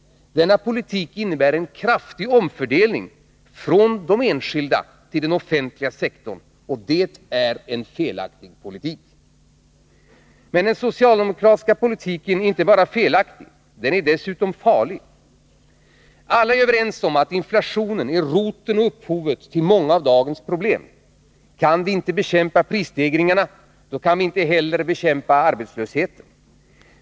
Denna politik innebär en kraftig omfördelning från de enskilda till den offentliga sektorn. Det är en felaktig politik. Men den socialdemokratiska politiken är inte bara felaktig. Den är dessutom farlig. Alla är överens om att inflationen är roten och upphovet till många av dagens problem. Kan vi inte bekämpa prisstegringarna, så kan vi inte heller bekämpa arbetslösheten.